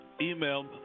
email